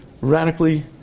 radically